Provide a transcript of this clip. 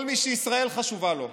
כל מי שישראל חשובה לו,